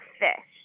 fish